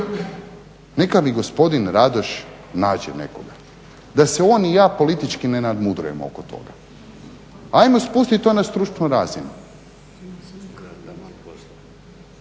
neka mi gospodin Radoš nađe nekoga da se on i ja politički ne nadmudrujemo oko toga. Hajmo spustit to na stručnu razinu.